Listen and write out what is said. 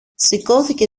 σηκώθηκε